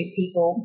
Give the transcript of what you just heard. people